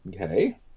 okay